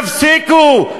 תפסיקו.